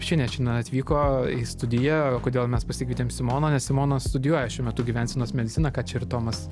šiandien čionai atvyko į studiją o kodėl mes pasikvietėm simoną nes simona studijuoja šiuo metu gyvensenos mediciną ką čia ir tomas